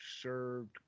served